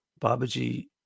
Babaji